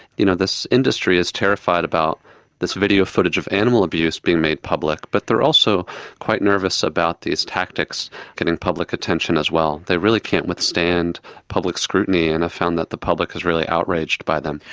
you know, this industry is terrified about this video footage of animal abuse being made public, but they are also quite nervous about these tactics getting public attention as well. they really can't withstand public scrutiny, and i found that the public is really outraged by them.